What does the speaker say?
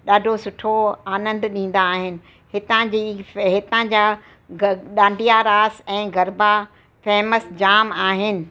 ॾाढो सुठो आनंद ॾींदा आहिनि हितां जी हितां जा ग डांडिया रास ऐं गरबा फेमस जाम आहिनि